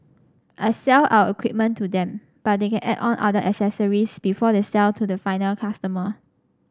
I sell our equipment to them but they can add on other accessories before they sell to the final customer